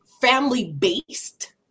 family-based